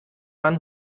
man